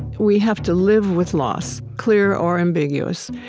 we have to live with loss, clear or ambiguous.